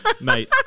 Mate